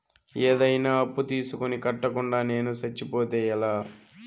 ఏదైనా అప్పు తీసుకొని కట్టకుండా నేను సచ్చిపోతే ఎలా